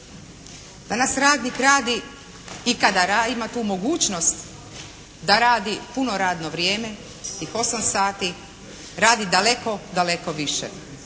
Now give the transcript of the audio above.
Danas radnik radi i kada ima tu mogućnost da radi puno radno vrijeme tih 8 sati, radi daleko daleko više.